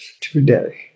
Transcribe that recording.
today